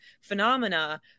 phenomena